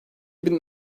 bin